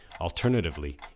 alternatively